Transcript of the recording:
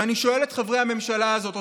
ואני שואל את חברי הממשלה הזאת,